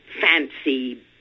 fancy